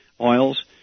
oils